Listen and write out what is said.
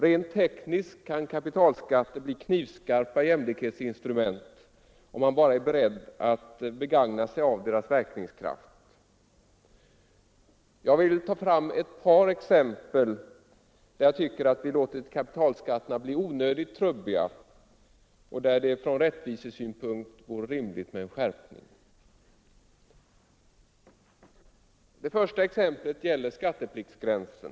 Rent tekniskt kan kapitalskatter bli knivskarpa jämlikhetsinstrument, om man bara är beredd att begagna sig av deras verkningskraft. Jag vill föra fram ett par exempel där jag tycker att vi låtit kapitalskatterna bli onödigt trubbiga och där det från rättvisesynpunkt vore rimligt med en skärpning. Det första exemplet gäller skattepliktsgränsen.